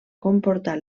comportar